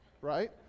right